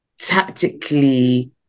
tactically